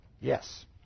Yes